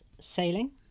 Sailing